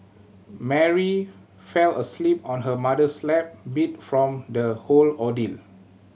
Mary fell asleep on her mother's lap beat from the whole ordeal